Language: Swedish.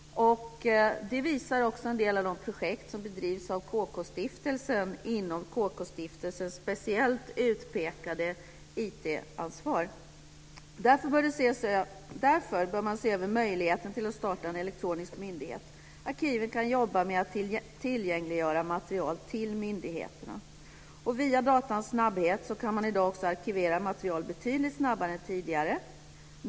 Det visar också en del av de projekt som bedrivs av KK-stiftelsen inom dess speciellt utpekade IT-ansvar. Därför bör man se över möjligheten att starta en elektronisk myndighet. Arkiven kan jobba med att tillgängliggöra material till myndigheterna. Tack vare datans snabbhet kan man i dag också arkivera material betydligt snabbare än tidigare.